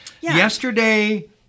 Yesterday